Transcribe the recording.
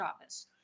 office